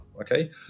okay